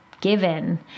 given